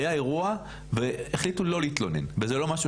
היה אירוע והחליטו לא להתלונן וזה לא משהו